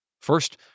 First